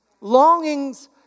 longings